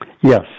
Yes